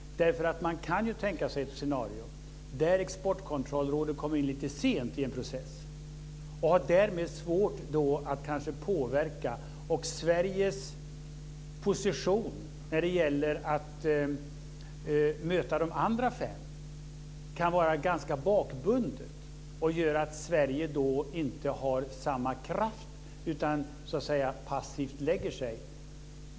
Man kan ju tänka sig ett scenario där Exportkontrollrådet kommer in lite sent i en process och därmed har svårt att påverka. Sveriges position när det gäller att möta de andra fem länderna kan bli ganska bakbunden och innebära att Sverige inte har samma kraft utan passivt lägger sig.